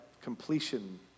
completion